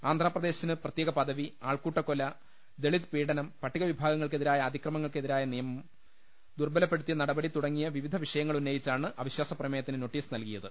ആന്ധ്രാപ്രദേശിന് പ്രത്യേക പദവി ആൾക്കൂട്ടകൊല ദളിത് പീഡനം പട്ടികവിഭാഗങ്ങൾക്കെതി രായ അതിക്രമങ്ങൾക്കെതിരായ നിയമം ദുർബലപ്പെടുത്തിയ നടപടി തുടങ്ങിയ വിവിധ വിഷയങ്ങളുന്നയിച്ചാണ് അവി ശ്വാസ പ്രമേയത്തിന് നോട്ടീസ് നല്കിയത്